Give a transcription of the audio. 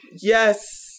Yes